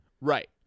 Right